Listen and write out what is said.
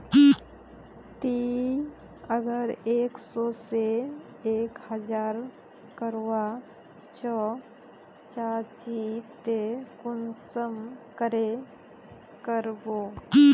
ती अगर एक सो से एक हजार करवा चाँ चची ते कुंसम करे करबो?